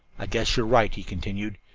i guess you are right, he continued.